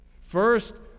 First